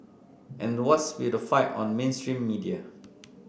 and what's with the fight on mainstream media